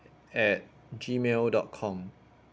at G mail dot com